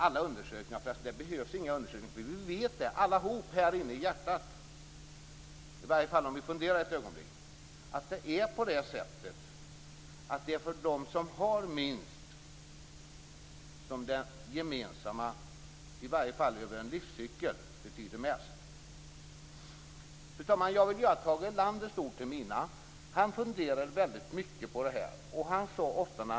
Alla undersökningar - förresten behövs det inga undersökningar, för alla vet i hjärtat att det är på det sättet - visar att för den som har minst betyder den gemensamma välfärden mest, i alla fall över en livscykel. Fru talman! Jag vill göra Tage Erlanders ord till mina. Han funderade väldigt mycket på dessa frågor.